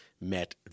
met